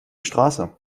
straße